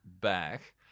back